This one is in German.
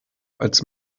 als